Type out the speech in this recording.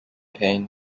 pain